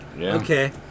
okay